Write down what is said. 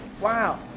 Wow